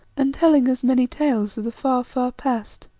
and telling us many tales of the far, far past,